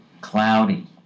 cloudy